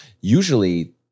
usually